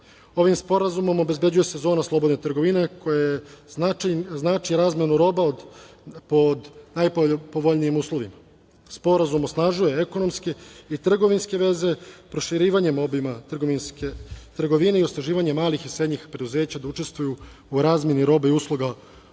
sporazumom obezbeđuje se zona slobodne trgovine, koja znači razmenu roba po najpovoljnijim uslovima. Sporazum osnažuje ekonomske i trgovinske veze, proširivanjem obima trgovine i osnaživanjem malih i srednjih preduzeća da učestvuju u razmeni roba i usluga obe